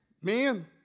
men